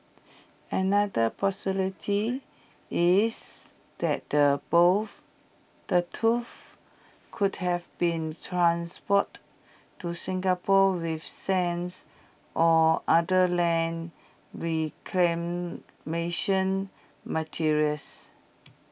another possibility is that the both the tooth could have been transported to Singapore with sands or other land reclamation materials